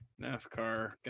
NASCAR